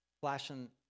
flashing